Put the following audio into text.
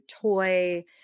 toy